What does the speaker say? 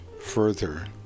further